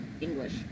English